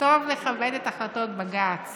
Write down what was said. טוב לכבד את החלטות בג"ץ